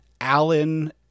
Alan